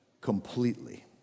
completely